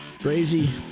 Crazy